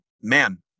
man